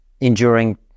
enduring